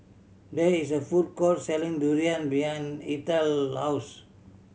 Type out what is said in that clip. there is a food court selling durian behind Eathel house